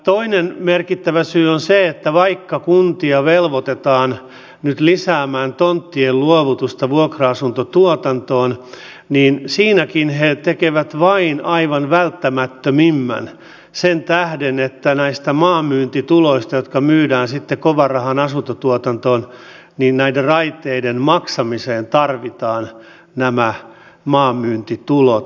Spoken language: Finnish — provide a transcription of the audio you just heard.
toinen merkittävä syy on se että vaikka kuntia velvoitetaan nyt lisäämään tonttien luovutusta vuokra asuntotuotantoon niin siinäkin he tekevät vain aivan välttämättömimmän sen tähden että näistä maista jotka myydään sitten kovanrahan asuntotuotantoon näiden raiteiden maksamiseen tarvitaan nämä maanmyyntitulot